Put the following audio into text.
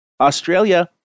Australia